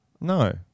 No